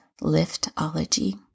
liftology